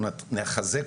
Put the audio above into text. אני רוצה לחזור